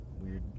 weird